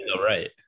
right